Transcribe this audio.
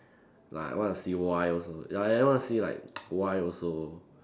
like I want to see why also ya I want to see like why also